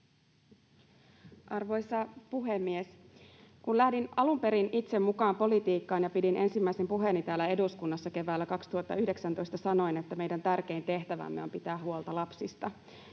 Arvoisa puhemies! Kun lähdin alun perin itse mukaan politiikkaan ja kun pidin ensimmäisen puheeni täällä eduskunnassa keväällä 2019, sanoin, että meidän tärkein tehtävämme on pitää huolta lapsista,